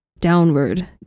downward